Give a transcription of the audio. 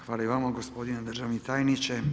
Hvala i vama gospodine državni tajniče.